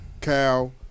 Cal